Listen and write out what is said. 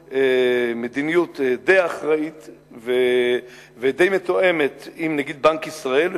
מדיניות די אחראית ודי מתואמת עם נגיד בנק ישראל,